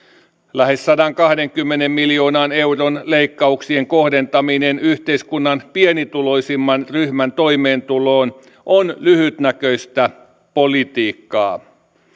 lähes sadankahdenkymmenen miljoonan euron leikkauksien kohdentaminen yhteiskunnan pienituloisimman ryhmän toimeentuloon on lyhytnäköistä politiikkaa